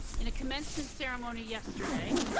in a commencement ceremony yesterday,